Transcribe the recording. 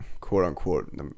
quote-unquote